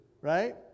right